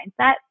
mindset